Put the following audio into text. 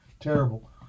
Terrible